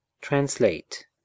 Translate